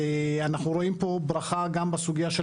אנחנו רואים פה ברכה גם בסוגיה של